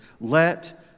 let